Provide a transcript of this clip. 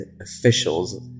officials